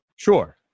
Sure